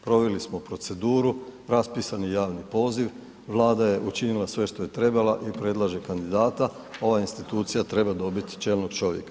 Proveli smo proceduru, raspisan je javni poziv, Vlada je učinila sve što je trebala i predlaže kandidata, ova institucija treba dobiti čelnog čovjeka.